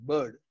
Bird